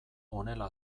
honela